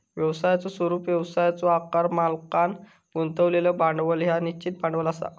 व्यवसायाचो स्वरूप, व्यवसायाचो आकार, मालकांन गुंतवलेला भांडवल ह्या निश्चित भांडवल असा